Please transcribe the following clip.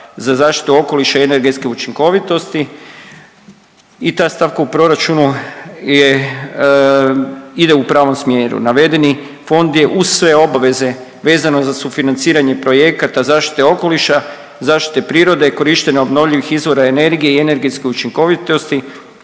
za zaštitu okoliša i energetske učinkovitosti i da stavka u proračunu je, ide u pravom smjeru. Navedeni fond je uz sve obaveze vezano za sufinanciranje projekta zaštite okoliša, zaštite prirode, korištenja obnovljivih izvora energije i energetske učinkovitosti